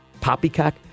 poppycock